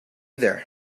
there